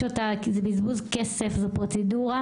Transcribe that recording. אותה כי זה בזבוז כסף וזו פרוצדורה.